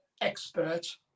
expert